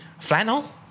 Flannel